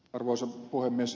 arvoisa puhemies